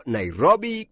Nairobi